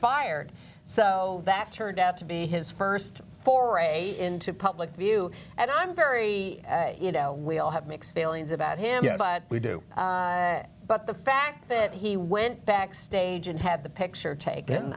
fired so that turned out to be his st foray into public view and i'm very you know we all have mixed feelings about him but we do but the fact that he went backstage and had the picture taken